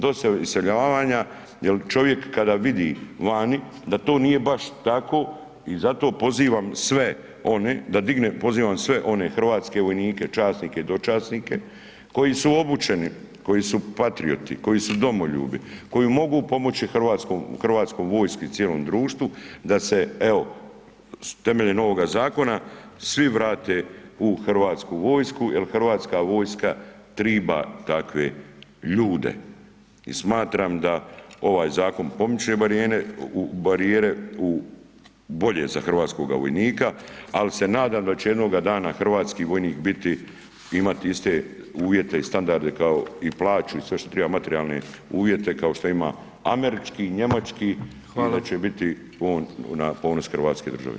Dosta je iseljavanja jer čovjek kada vodo vani da to nije baš tako i zato pozivam sve one da digne, pozivam sve one hrvatske vojnike, časnike i dočasnike koji su obučeni, koji su patrioti, koji su domoljubi, koji mogu pomoći hrvatskoj vojsci i cijelom društvu da se evo, temeljem ovog zakona svi vrate u hrvatsku vojsku jer hrvatska vojska treba takve ljude i smatram da ovaj zakon pomiče barijere u bolje za hrvatskoga vojnika ali se nadam da će jednoga dana hrvatski vojnik biti, imati iste uvjete i standarde kao i plaću i sve što treba materijalne uvjete kao što ima američki i njemački i da će biti na ponos hrvatske države.